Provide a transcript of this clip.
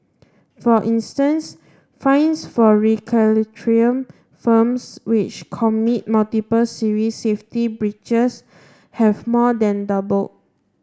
for instance fines for firms which commit multiple serious safety breaches have more than double